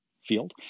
field